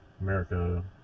America